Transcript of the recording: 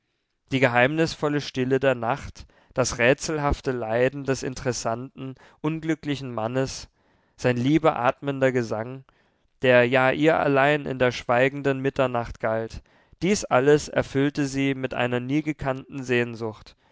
die geheimnisvolle stille der nacht das rätselhafte leiden des interessanten unglücklichen mannes sein liebe atmender gesang der ja ihr allein in der schweigenden mitternacht galt dies alles erfüllte sie mit einer nie gekannten sehnsucht